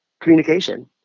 communication